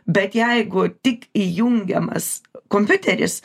bet jeigu tik įjungiamas kompiuteris